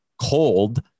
cold